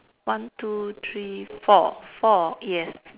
one two three four four yes